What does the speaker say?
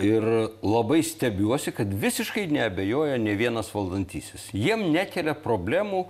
ir labai stebiuosi kad visiškai neabejoja nė vienas valdantysis jiem nekelia problemų